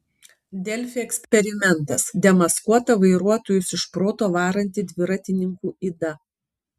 delfi eksperimentas demaskuota vairuotojus iš proto varanti dviratininkų yda